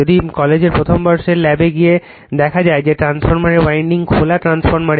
যদি কলেজের প্রথম বর্ষের ল্যাবে গিয়ে দেখা যায় যে ট্রান্সফরমারের উইন্ডিং খোলা ট্রান্সফরমার